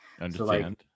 Understand